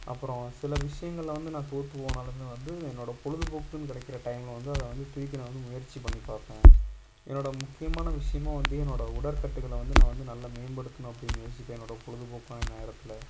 அப்புறோம் சில விஷியங்களில் வந்து நான் தோற்று போனாலும் வந்து என்னோடய பொழுதுபோக்குன்னு கிடைக்கிற டைமில் வந்து அதை வந்து திருப்பி நான் வந்து முயற்சி பண்ணி பார்ப்பேன் என்னோடய முக்கியமான விஷியமாக வந்து என்னோட உடற்கட்டுகளை வந்து நான் வந்து நல்லா மேம்படுத்தணும் அப்படின்னு யோசிப்பேன் என்னோடய பொழுதுபோக்கான நேரத்தில்